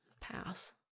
Pass